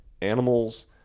animals